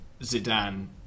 Zidane